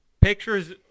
Pictures